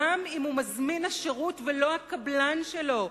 גם אם הוא מזמין השירות ולא הקבלן שלו,